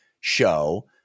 show